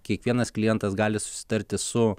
kiekvienas klientas gali susitarti su